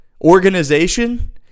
organization